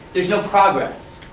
there's no progress.